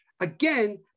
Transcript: Again